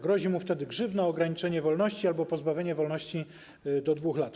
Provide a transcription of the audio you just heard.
Grozi mu wtedy grzywna, ograniczenie wolności albo pozbawienie wolności do 2 lat.